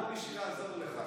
מי שיעזור לך.